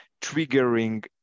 triggering